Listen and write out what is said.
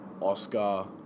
Oscar